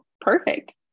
perfect